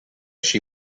she